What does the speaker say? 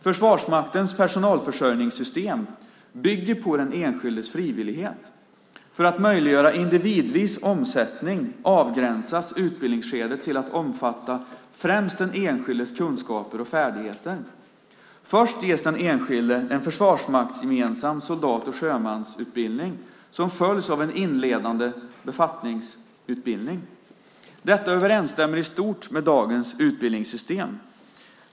Försvarsmaktens personalförsörjningssystem bygger på den enskildes frivillighet. För att möjliggöra individvis omsättning avgränsas utbildningsskedet till att omfatta främst den enskildes kunskaper och färdigheter. Först ges den enskilde en försvarsmaktsgemensam soldat och sjömansutbildning som följs av en inledande befattningsutbildning. Detta överensstämmer i stort med dagens utbildningssystem.